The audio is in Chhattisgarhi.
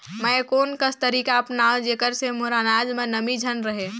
मैं कोन कस तरीका अपनाओं जेकर से मोर अनाज म नमी झन रहे?